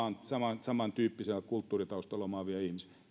samantyyppisen kulttuuritaustan omaavia ihmisiä